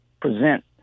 present